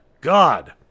God